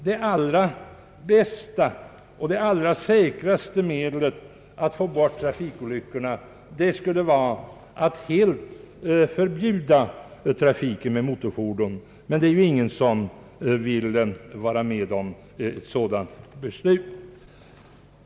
Det allra bästa och säkraste medlet att reducera antalet trafikolyckor skulle givetvis vara att helt förbjuda trafik med motorfordon, men ingen vill ju vara med om ett sådant beslut.